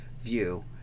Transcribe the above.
view